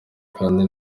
kandi